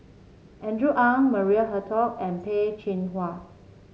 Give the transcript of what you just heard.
Andrew Ang Maria Hertogh and Peh Chin Hua